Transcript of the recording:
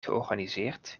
georganiseerd